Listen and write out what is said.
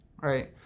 Right